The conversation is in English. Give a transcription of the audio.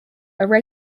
simply